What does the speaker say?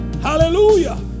Hallelujah